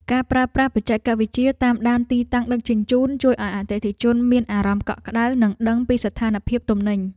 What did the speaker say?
ការប្រើប្រាស់បច្ចេកវិទ្យាតាមដានទីតាំងដឹកជញ្ជូនជួយឱ្យអតិថិជនមានអារម្មណ៍កក់ក្តៅនិងដឹងពីស្ថានភាពទំនិញ។